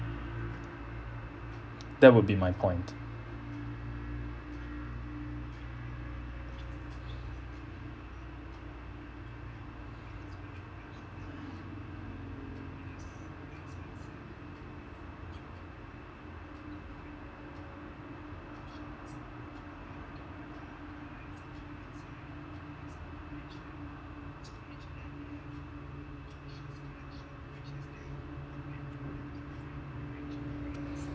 that would be my point